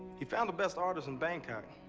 he found the best artist in bangkok.